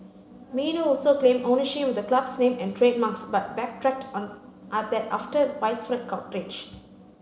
meadow also claimed ownership of the club's name and trademarks but backtracked on that after widespread outrage